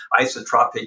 isotropic